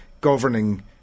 governing